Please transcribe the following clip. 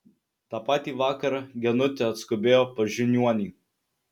tą patį vakarą genutė atskubėjo pas žiniuonį